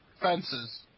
fences